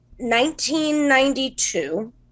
1992